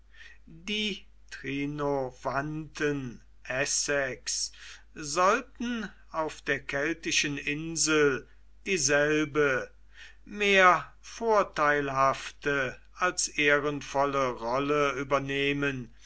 die trinovanten essex sollten auf der keltischen insel dieselbe mehr vorteilhafte als ehrenvolle rolle übernehmen